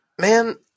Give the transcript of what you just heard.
man